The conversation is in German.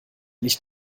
nicht